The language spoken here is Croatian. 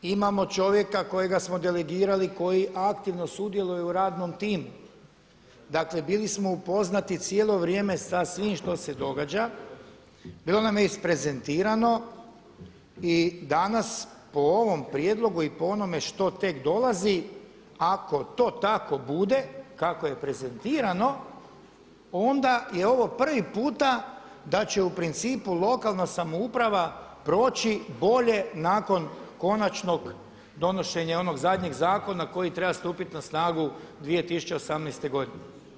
Imamo čovjeka kojega smo delegirali koji aktivno sudjeluje u radnom timu, dakle bili smo upoznati cijelo vrijeme sa svim što se događa, bilo nam je isprezentirano i danas po ovom prijedlogu i po onome što tek dolazi ako to tako bude kako je prezentirano onda je ovo prvi puta da će u principu lokalna samouprava proći bolje nakon konačnog donošenja onog zadnje zakona koji treba stupiti na snagu 2018. godine.